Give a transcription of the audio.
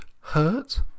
hurt